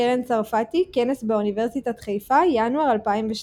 קרן צרפתי, כנס באוניברסיטת חיפה, ינואר 2012